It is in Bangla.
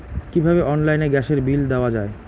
কিভাবে অনলাইনে গ্যাসের বিল দেওয়া যায়?